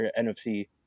NFC